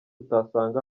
utasanga